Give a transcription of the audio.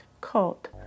Cult